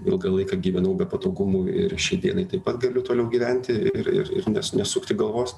ilgą laiką gyvenau be patogumų ir šiai dienai taip pat galiu toliau gyventi ir ir ir nes nesukti galvos